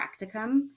practicum